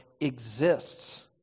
exists